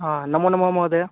हा नमो नमः महोदया